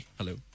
hello